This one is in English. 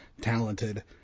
talented